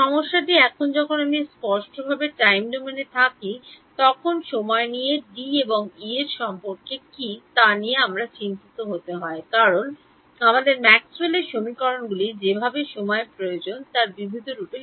সমস্যাটি এখন যখন আমি স্পষ্টভাবে টাইম ডোমেনে থাকি তখন সময় নিয়ে D এবং E এর সম্পর্ক কী তা নিয়ে আমাকে চিন্তিত হতে হয় কারণ আমাদের ম্যাক্সওয়েলের সমীকরণগুলি যেভাবে সময় প্রয়োজন তার বিবিধ রূপে